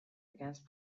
against